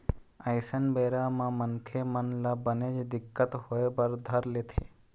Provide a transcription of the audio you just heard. अइसन बेरा म मनखे मन ल बनेच दिक्कत होय बर धर लेथे